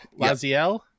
Laziel